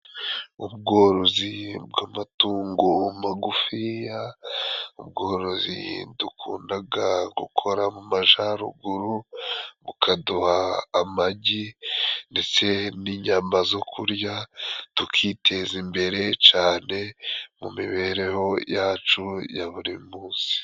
Ubworozi bw'amatungo magufiya, ubworozi dukundaga gukora mu majaruguru bukaduha amagi ndetse n'inyama zo kurya tukiteza imbere cane mu mibereho yacu ya buri munsi.